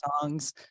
songs